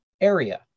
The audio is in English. area